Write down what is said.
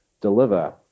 deliver